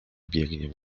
biegnie